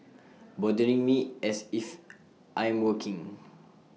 bothering me as if I'm working